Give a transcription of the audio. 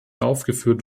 aufgeführt